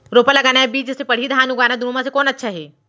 रोपा लगाना या बीज से पड़ही धान उगाना दुनो म से कोन अच्छा हे?